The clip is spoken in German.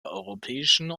europäischen